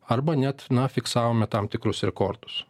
arba net na fiksavome tam tikrus rekordus